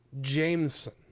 Jameson